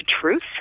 truth